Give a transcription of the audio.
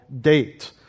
date